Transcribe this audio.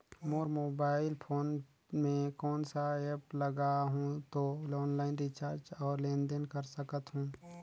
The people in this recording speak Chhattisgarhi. मोर मोबाइल फोन मे कोन सा एप्प लगा हूं तो ऑनलाइन रिचार्ज और लेन देन कर सकत हू?